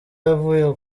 yavuye